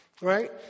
Right